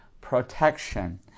protection